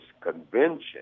Convention